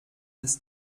das